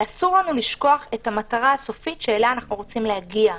ואסור לנו לשכוח את המטרה הסופית שאליה אנחנו רוצים להגיע.